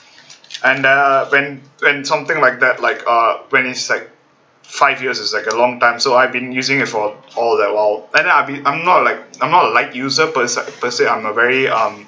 and uh when when something like that like uh when it's like five years is like a long time so I've been using it for all that while and then I'll be I'm not like I'm not a light user per~ user per say I'm a very um